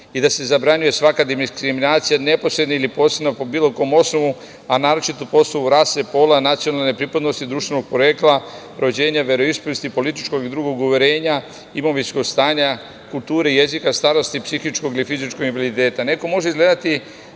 i da se zabranjuje svaka diskriminacija neposredno ili posredno po bilo kom osnovu, a naročito po osnovu rase, pola, nacionalne pripadnosti društvenog porekla, rođenja, veroispovesti i političkog i drugog uverenja, imovinskog stanja, kulture jezika, starosti, psihičkog ili fizičkog kredibiliteta. Nekom može izgledati